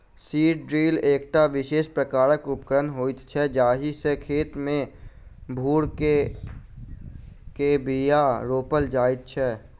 seed drill एकटा विशेष प्रकारक उपकरण होइत छै जाहि सॅ खेत मे भूर क के बीया रोपल जाइत छै